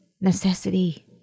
necessity